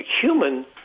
human